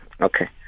okay